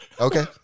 Okay